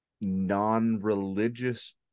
non-religious